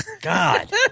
God